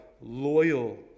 loyal